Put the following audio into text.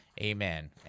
Amen